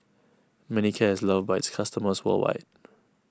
Manicare is loved by its customers worldwide